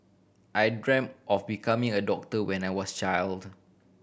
I dreamt of becoming a doctor when I was child